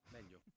Meglio